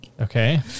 Okay